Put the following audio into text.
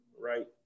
right